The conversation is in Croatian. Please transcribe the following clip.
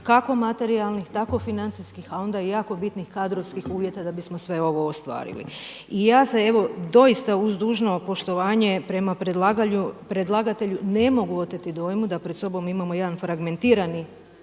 kako materijalnih, tako financijskih a onda i jako bitnih kadrovskih uvjeta da bismo sve ovo ostvarili. I ja se evo doista uz dužno poštovanje prema predlagatelju ne mogu oteti dojmu da pred sobom imamo jedan fragmentirani